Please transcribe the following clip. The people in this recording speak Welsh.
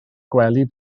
gwely